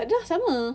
takde sama